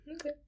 okay